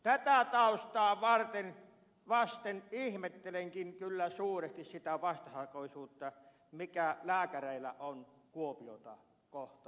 tätä taustaa vasten ihmettelenkin kyllä suuresti sitä vastahakoisuutta mikä lääkäreillä on kuopiota kohtaan